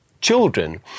children